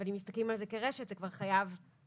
אבל אם מסתכלים על זה כרשת זה כבר חייב רגיל.